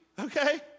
okay